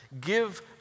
Give